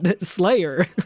slayer